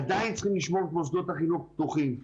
עדיין צריכים לשמור את מוסדות החינוך פתוחים.